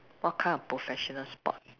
what kind of professional sport